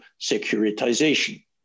securitization